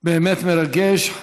מאיר, מרגש.